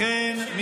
לכן,